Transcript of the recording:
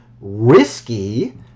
Risky